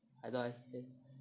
I don't understand